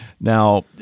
Now